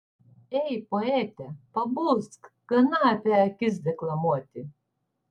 ei poete pabusk gana apie akis deklamuoti